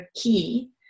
key